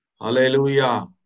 Hallelujah